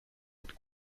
cette